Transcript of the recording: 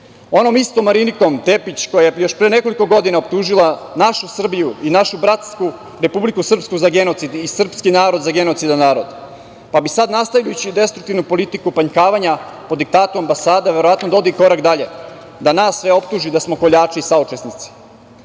onom istom Marinikom Tepić koja je još pre nekoliko godina optužila našu Srbiju i našu bratsku Republiku Srpsku za genocid i srpski narod za genocidan narod, pa bi sad nastaviću destruktivno politiku opankavanja po diktatu ambasada verovatno da ode korak dalje, da nas sve optuži da smo koljači i saučesnici.Međutim,